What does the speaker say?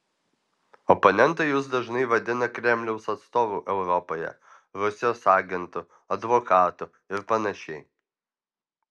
oponentai jus dažnai vadina kremliaus atstovu europoje rusijos agentu advokatu ir panašiai